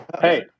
hey